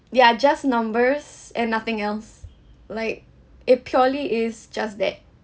they are just numbers and nothing else like it purely is just that